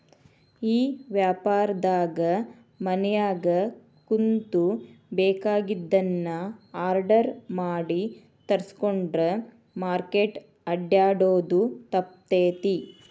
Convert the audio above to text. ಈ ವ್ಯಾಪಾರ್ದಾಗ ಮನ್ಯಾಗ ಕುಂತು ಬೆಕಾಗಿದ್ದನ್ನ ಆರ್ಡರ್ ಮಾಡಿ ತರ್ಸ್ಕೊಂಡ್ರ್ ಮಾರ್ಕೆಟ್ ಅಡ್ಡ್ಯಾಡೊದು ತಪ್ತೇತಿ